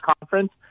conference